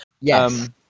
Yes